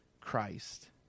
Christ